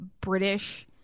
british